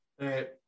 right